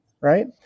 Right